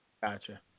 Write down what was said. Gotcha